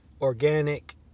organic